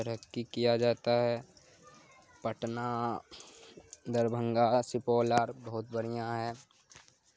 ترقی کیا جاتا ہے پٹنہ دربھنگا سپول اور بہت بڑھیا ہے